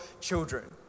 children